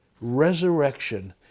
resurrection